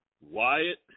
Wyatt